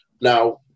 Now